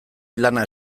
lana